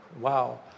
wow